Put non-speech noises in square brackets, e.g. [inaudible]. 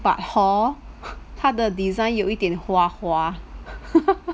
but hor 他的 design 有一点花花 [noise]